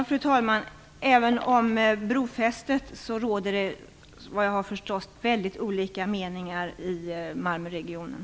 Fru talman! Även om brofästet råder det efter vad jag har förstått väldigt olika meningar i Malmöregionen.